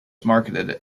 marketed